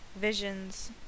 visions